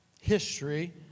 history